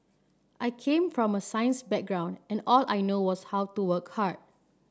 I came from a science background and all I knew was how to work hard